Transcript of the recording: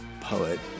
poet